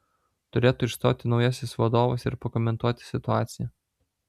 turėtų išstoti naujasis vadovas ir pakomentuoti situaciją